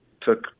took